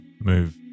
Move